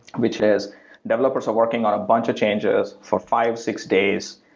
which is developers are working on a bunch of changes for five, six days,